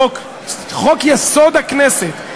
מחוק-יסוד: הכנסת,